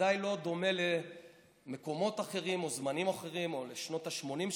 בוודאי לא דומה למקומות אחרים או זמנים אחרים או לשנות השמונים,